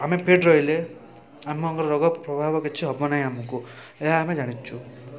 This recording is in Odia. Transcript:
ଆମେ ଫିଟ୍ ରହିଲେ ଆମମାନଙ୍କର ରୋଗପ୍ରଭାବ କିଛି ହେବ ନାହିଁ ଆମକୁ ଏହା ଆମେ ଜାଣିଛୁ